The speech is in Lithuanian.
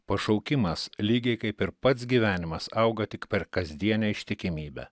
pašaukimas lygiai kaip ir pats gyvenimas auga tik per kasdienę ištikimybę